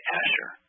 Asher